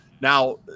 Now